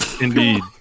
Indeed